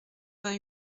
vingt